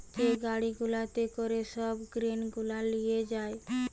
যে গাড়ি গুলাতে করে সব গ্রেন গুলা লিয়ে যায়